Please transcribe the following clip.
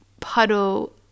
puddle